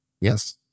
Yes